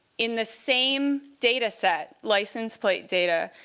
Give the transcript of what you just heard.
in the same data set, license plate data,